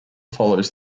follows